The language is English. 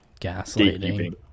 gaslighting